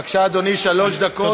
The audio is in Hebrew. בבקשה, אדוני, שלוש דקות עומדות לרשותך.